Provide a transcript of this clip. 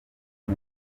uwo